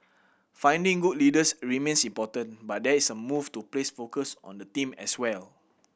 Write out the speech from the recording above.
finding good leaders remains important but there is a move to place focus on the team as well